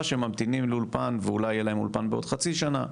שממתינים לאולפן ואולי יהיה להם אולפן בעוד חצי שנה,